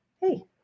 Hey